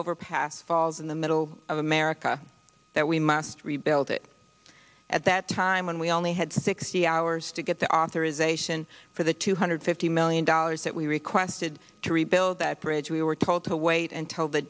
overpass falls in the middle of america that we must rebuild it at that time when we only had sixty hours to get the authorization for the two hundred fifty million dollars that we requested to rebuild that bridge we were told to wait until the